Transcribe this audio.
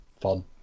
fun